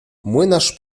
młynarz